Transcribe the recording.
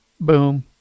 Boom